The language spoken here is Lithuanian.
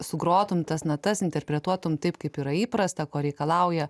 sugrotum tas natas interpretuotum taip kaip yra įprasta ko reikalauja